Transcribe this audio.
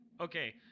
okay